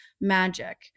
magic